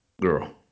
girl